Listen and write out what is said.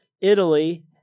Italy